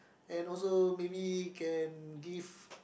and also maybe can give